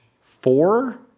four